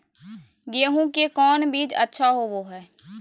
गेंहू के कौन बीज अच्छा होबो हाय?